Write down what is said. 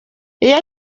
iyo